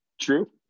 True